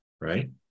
Right